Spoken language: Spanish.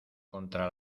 contra